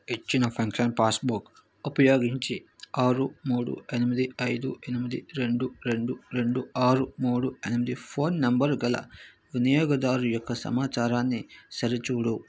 ఇచ్చిన pension passbook ఉపయోగించి ఆరు మూడు ఎనిమిది ఐదు ఎనిమిది రెండు రెండు రెండు ఆరు మూడు ఎనిమిది ఫోన్ నెంబర్ గల వినియోగదారు యొక్క సమాచారాన్ని సరిచూడు